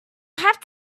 have